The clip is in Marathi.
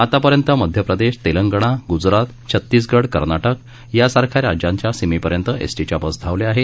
आतापर्यंत मध्यप्रप्रप्रेश तेलंगणाग्जरात छत्तीसगड कर्नाटक यासारख्या राज्यांच्या सीमेपर्यंत एस टी च्या बस धावल्या आहेत